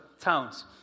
towns